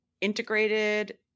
integrated